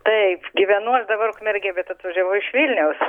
taip gyvenu dabar aš ukmergėj bet atvažiavau iš vilniaus